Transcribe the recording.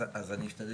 אז אני אשתדל